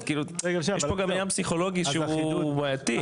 יש פה גם עניין פסיכולוגי שהוא בעייתי.